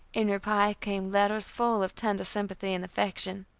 in reply came letters full of tender sympathy and affection.